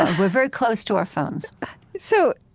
ah we're very close to our phones so,